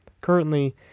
Currently